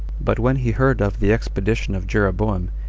but when he heard of the expedition of jeroboam,